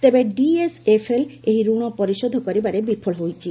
ତେବେ ଡିଏଚ୍ଏଫ୍ଏଲ୍ ଏହି ଋଣ ପରିଶୋଧ କରିବାରେ ବିଫଳ ହୋଇଛି